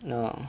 no